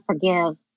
forgive